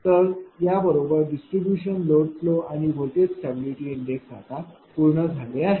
तर या बरोबर डिस्ट्रीब्यूशन लोड फ्लो आणि व्होल्टेज स्टॅबिलिटी इंडेक्स आता पूर्ण झाले आहे